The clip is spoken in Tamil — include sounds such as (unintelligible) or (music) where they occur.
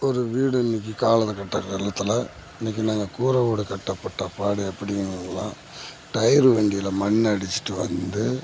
ஒரு வீடு இன்றைக்கி காலகட்டங்கள்ல இன்றைக்கி நாங்கள் கூரை வீடு கட்டப்பட்ட பாடு எப்படி (unintelligible) டயர் வண்டியில் மண் அடிச்சுட்டு வந்து